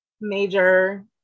major